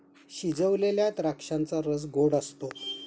शिजवलेल्या द्राक्षांचा रस गोड असतो